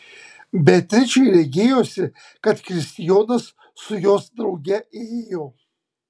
beatričei regėjosi kad kristijonas su jos drauge ėjo